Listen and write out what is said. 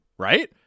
Right